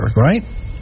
right